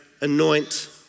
anoint